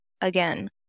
Again